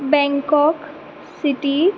Bangkok city